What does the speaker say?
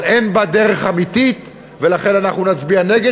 אבל אין בה דרך אמיתית, ולכן אנחנו נצביע נגד.